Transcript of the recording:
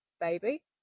baby